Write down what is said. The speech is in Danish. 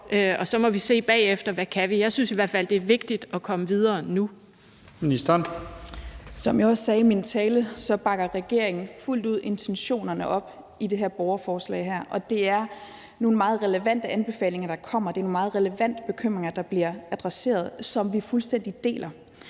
næstformand (Leif Lahn Jensen): Ministeren. Kl. 15:19 Digitaliseringsministeren (Marie Bjerre): Som jeg også sagde i min tale, bakker regeringen fuldt ud intentionerne i det her borgerforslag op. Det er nogle meget relevante anbefalinger, der kommer, og det er nogle meget relevante bekymringer, der bliver adresseret, og som vi fuldstændig deler.